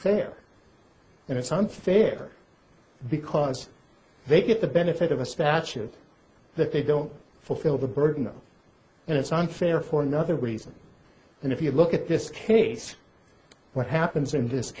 unfair and it's unfair because they get the benefit of a statute that they don't fulfill the burden and it's unfair for another reason and if you look at this case what happens in this